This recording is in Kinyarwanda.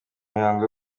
mihango